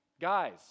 guys